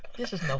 this is no